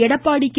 Edappadi K